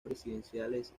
presidenciales